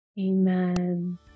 Amen